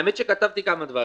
כתבתי כמה דברים.